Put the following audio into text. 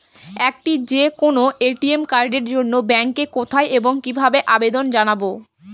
একটি যে কোনো এ.টি.এম কার্ডের জন্য ব্যাংকে কোথায় এবং কিভাবে আবেদন জানাব?